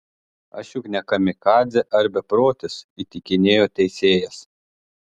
aš juk ne kamikadzė ar beprotis įtikinėjo teisėjas